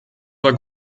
war